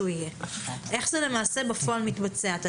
איך זה למעשה מתבצע בפועל?